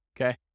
okay